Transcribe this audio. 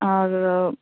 ᱟᱨ